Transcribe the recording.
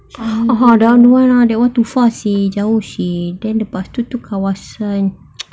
oh that one don't want lah that one too far seh jauh seh then lepas tu kawasan